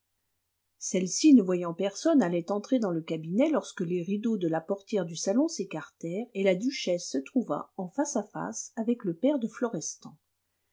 celle-ci ne voyant personne allait entrer dans le cabinet lorsque les rideaux de la portière du salon s'écartèrent et la duchesse se trouva en face à face avec le père de